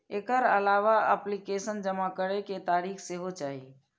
एकर अलावा एप्लीकेशन जमा करै के तारीख सेहो चाही